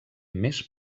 més